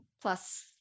plus